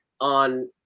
on